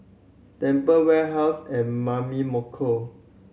Tempt Warehouse and Mamy Moko